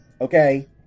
okay